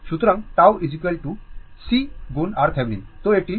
সুতরাং tau C গুণ RThevenin